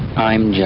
i'm jack,